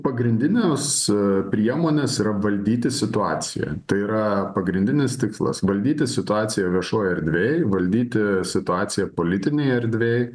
pagrindinės priemonės yra valdyti situaciją tai yra pagrindinis tikslas valdyti situaciją viešojoj erdvėj valdyti situaciją politinėj erdvėj